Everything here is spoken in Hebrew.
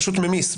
פשוט ממיס,